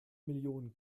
millionen